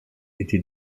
était